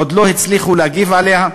עוד לא הצליחו להגיב עליה.